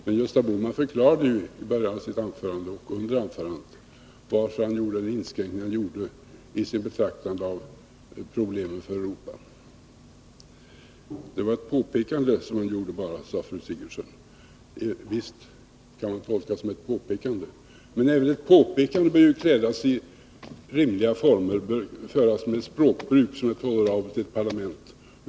Men Gösta Bohman förklarade ju i sitt anförande varför han inskränkte sig till att ta upp Europas problem. Det var bara ett påpekande som Olof Palme gjorde, sade fru Sigurdsen. Visst kan det tolkas så, men även ett påpekande bör klädas i en språkdräkt som är tolerabel i ett parlament.